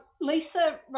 Lisa